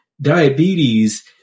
diabetes